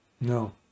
No